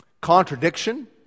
contradiction